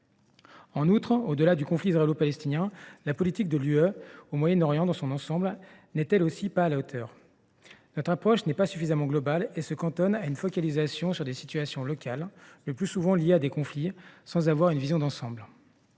En outre, au delà du conflit israélo palestinien, la politique de l’Union européenne au Moyen Orient dans son ensemble n’est pas non plus à la hauteur. Notre approche n’est pas suffisamment globale et se cantonne à une focalisation sur des situations locales, le plus souvent liées à des conflits, sans que nous ayons de vision d’ensemble.